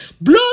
Blow